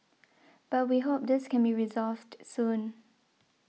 but we hope this can be resolved soon